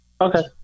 Okay